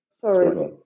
sorry